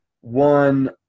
one